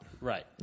Right